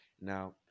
Now